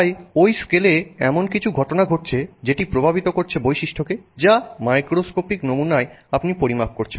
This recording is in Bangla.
তাই ওই স্কেলে এমন কিছু ঘটনা ঘটছে যেটি প্রভাবিত করছে বৈশিষ্ট্যকে যা মাইক্রোস্কোপিক নমুনায় আপনি পরিমাপ করছেন